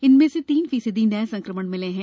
इनमें से तीन फीसदी नए संक्रमण मिले हैं